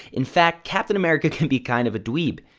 in fact, captain america can be kind of a dweeb.